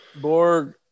Borg